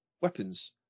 weapons